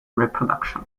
reproduction